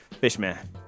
Fishman